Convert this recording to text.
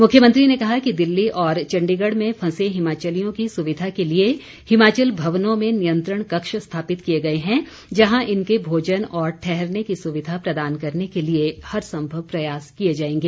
मुख्यमंत्री ने कहा कि दिल्ली और चण्डीगढ़ में फंसे हिमाचलियों की सुविधा के लिए हिमाचल भवनों में नियंत्रण कक्ष स्थापित किए गए हैं जहां इनके भोजन और ठहरने की सुविधा प्रदान करने के लिए हर संभव प्रयास किए जाएंगे